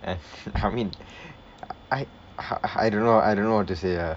eh I mean I I don't know I don't know how to say ah